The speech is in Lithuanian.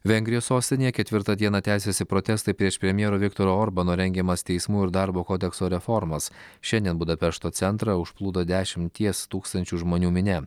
vengrijos sostinėje ketvirtą dieną tęsiasi protestai prieš premjero viktoro orbano rengiamas teismų ir darbo kodekso reformas šiandien budapešto centrą užplūdo dešimties tūkstančių žmonių minia